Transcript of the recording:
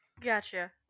Gotcha